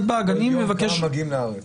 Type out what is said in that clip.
כמה מגיעים לארץ?